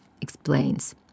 explains